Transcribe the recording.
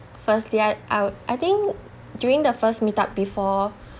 firstly I I would I think during the first meetup before